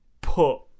put